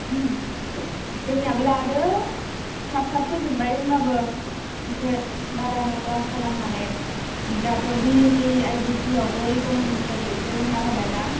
जोंनियाबो लादों थाब थाब फोजोबबाय होनबाबो इसे बारानो क्लास खालामनानै दाथ' B S C I D C आवबो इक'न'मिक्स साबजेक्टखौ होना होबायना